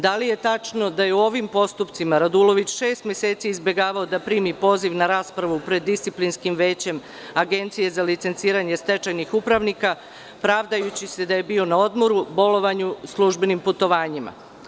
Da li je tačno da je u ovim postupcima Radulović šest meseci izbegavao da primi poziv na raspravu pred disciplinskim većem Agencije za licenciranje stečajnih upravnika, pravdajući se da je bio na odmoru, bolovanju i službenim putovanjima?